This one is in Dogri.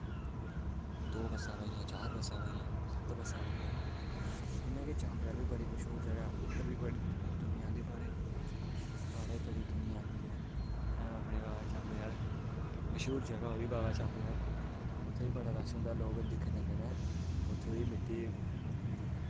दौ बस्सां आवा दियां चार बस्सां आवा दियां सत्त बस्सां आवा दियां इ'यां गै चाम्बलै आह्ली बड़ी मश्हूर जगह उद्धर बी दुनियां आंदी बाह्रै दी बाह्रै दी बड़ी दुनियां आंदी ऐ अपने चाम्बले आह्ले मश्हूर जगह ओह् बाबा चाम्बले आह्ली उत्थै बी बड़ा रश होंदा लोग दिक्खने गी आंदे न उत्थै दी मिट्टी